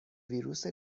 ویروس